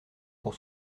pour